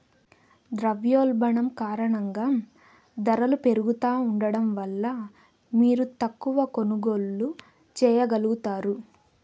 ద్రవ్యోల్బణం కారణంగా దరలు పెరుగుతా ఉండడం వల్ల మీరు తక్కవ కొనుగోల్లు చేయగలుగుతారు